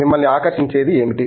మిమ్మల్ని ఆకర్షించేది ఏమిటి